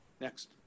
Next